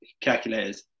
calculators